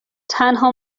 تنها